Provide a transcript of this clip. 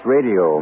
Radio